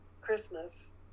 Christmas